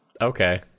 Okay